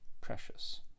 precious